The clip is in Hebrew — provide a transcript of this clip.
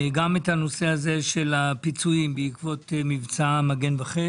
גם את הנושא הזה של הפיצויים, בעקבות מבצע מגן וחץ